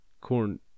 Corn